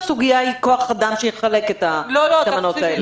או שהיא סוגיית כוח אדם שיחלק את המנות האלה?